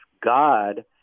God